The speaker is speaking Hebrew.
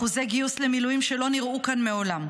אחוזי גיוס למילואים שלא נראו כאן מעולם.